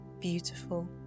beautiful